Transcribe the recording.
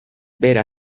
bera